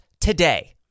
today